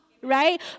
right